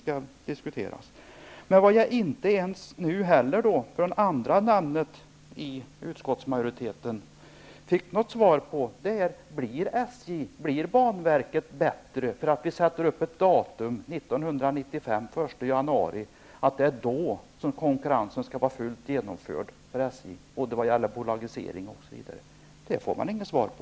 Jag fick inte heller av andre namnet i utskottsmajoriteten svar på frågan: Blir SJ och banverket lönsammare för att man fastställer ett datum, den 1 januari 1995, då konkurrensen och bolagiseringen i fråga om SJ skall vara fullt genomförd? Det har jag inte fått något svar på.